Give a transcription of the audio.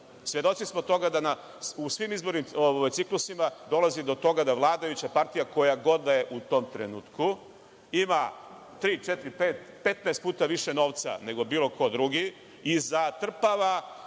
Srbiji. Svedoci smo toga da u svim izbornim ciklusima dolazi do toga da vladajuća partija koja god da je u tom trenutku, ima tri, četiri, pet, 15 puta više novca nego bilo ko drugi i zatrpava